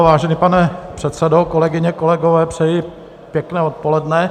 Vážený pane předsedo, kolegyně, kolegové, přeji pěkné odpoledne.